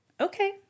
okay